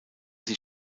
sie